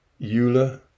Eula